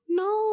no